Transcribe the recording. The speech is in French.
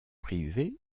privée